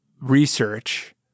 research